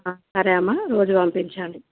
సరే అమ్మా రోజూ పంపించండి